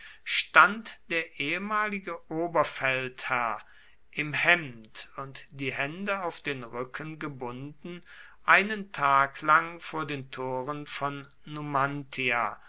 stand der ehemalige oberfeldherr im hemd und die hände auf den rücken gebunden einen tag lang vor den toren von